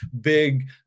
big